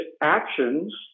actions